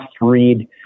read